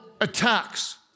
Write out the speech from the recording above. attacks